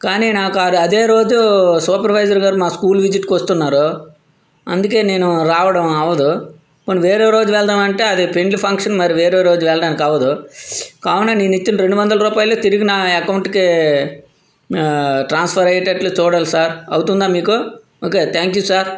కాని నాకు అదే అదే రోజు సూపర్వైజర్ గారు మా స్కూల్ విసిట్కి వస్తున్నారు అందుకే నేను రావడం అవ్వదు పోనీ వేరే రోజు వెళ్దాం అంటే ఫ్రెండ్ ఫంక్షన్ రోజు వెళ్ళడానికి అవ్వదు కావున నేను ఇచ్చిన రెండు వందల రూపాయలు తిరిగి నా అకౌంట్కి ట్రాన్స్ఫర్ అయ్యేటట్లు చూడండి సార్ అవుతుందా మీకు ఓకే థాంక్యూ సర్